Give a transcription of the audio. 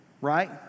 right